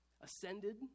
ascended